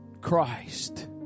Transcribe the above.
Christ